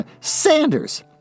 Sanders